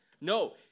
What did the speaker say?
No